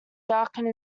darkened